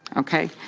okay.